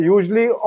Usually